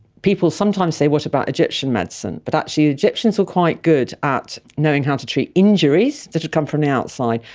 people sometimes say what about egyptian medicine, but actually the egyptians were quite good at knowing how to treat injuries that have come from the outside,